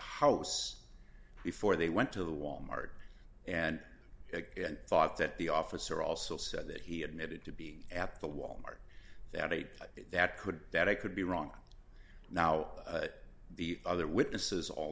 house before they went to the wal mart and thought that the officer also said that he admitted to being at the wal mart that ate that could that i could be wrong now that the other witnesses all